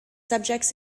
subjects